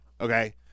okay